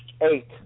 Eight